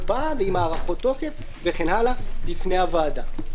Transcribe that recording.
פעם ועם הארכות תוקף וכן הלאה בפני הוועדה.